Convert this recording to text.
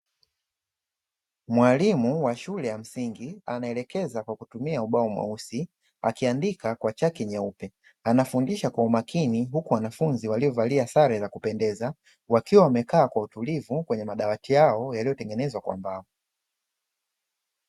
Mwalimu wa shule ya msingi anaelekeza kwa kutumia ubao mweusi akiandika kwa chaki nyeupe, anafundisha kwa umakini. Huku wanafunzi waliovalia sare za kupendeza wakiwa wamekaa kwa utulivu kwenye madawati yao yaliyotengenezwa kwa mbao.